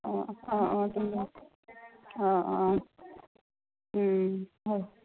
অঁ অঁ অঁ অঁ অঁ অঁ অঁ অঁ হয়